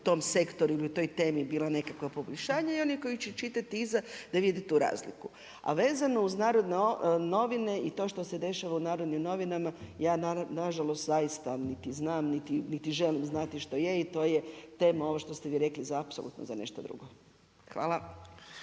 u tom sektoru i u toj temi bilo nekakva poboljšanja i oni koji će čitati iza da vide tu razliku. A vezano uz N.N. i to što se dešava u N.N. ja nažalost zaista niti znam, niti želim znati što je i to je tema ono što ste vi rekli za apsolutno za nešto drugo. Hvala.